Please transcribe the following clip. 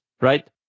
right